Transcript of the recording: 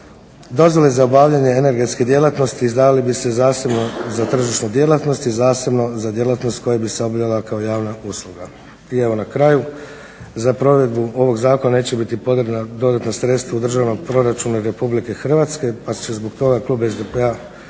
Dozvole za obavljanje energetske djelatnosti izdavali bi se zasebno za tržišnu djelatnost i zasebno za djelatnost koja bi se obavljala kao javna usluga. I evo na kraju za provedbu ovog zakona neće biti potrebna dodatna sredstva u Državnom proračunu RH pa će zbog toga klub SDP-a